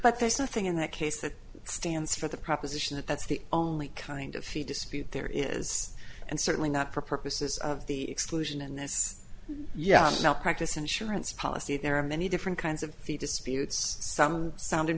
but there's nothing in that case that stands for the proposition that that's the only kind of fee dispute there is and certainly not for purposes of the exclusion and that's yeah i'm not practice insurance policy there are many different kinds of the disputes some sound in